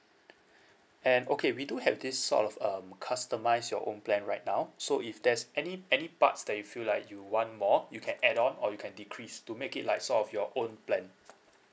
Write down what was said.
and okay we do have this sort of um customise your own plan right now so if there's any any parts that you feel like you want more you can add on or you can decrease to make it like sort of your own plan